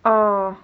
oh